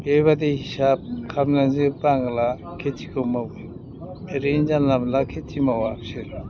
बेबायदि हिसाब खालामनानैसो बांगाला खेथिखौ मावगोन ओरैनो जानला मानला खेथि मावा बिसोरो